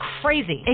crazy